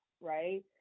right